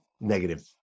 negative